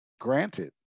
granted